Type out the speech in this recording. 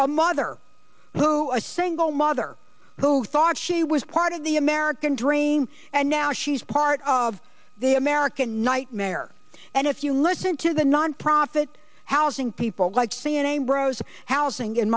a mother who a single mother who thought she was part of the american dream and now she's part of the american nightmare and if you listen to the nonprofit housing people like fanning bros housing in